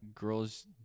girls